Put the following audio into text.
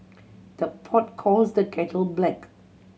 the pot calls the kettle black